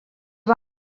van